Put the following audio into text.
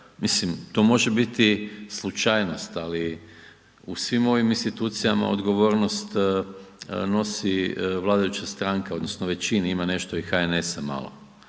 mislim, to može biti slučajnost ali u svim ovim institucijama, odgovornost nosi vladajuća stranka odnosno većini, ima nešto i HNS-a malo